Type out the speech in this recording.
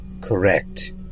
correct